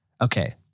okay